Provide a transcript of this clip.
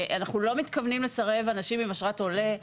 אנחנו לא מתכוונים לסרב אנשים עם אשרת עולה.